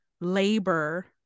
labor